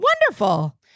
Wonderful